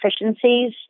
efficiencies